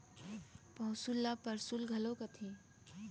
पैसुल ल परसुल घलौ कथें